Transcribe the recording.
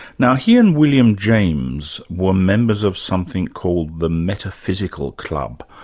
now, he and william james were members of something called the metaphysical club.